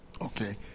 Okay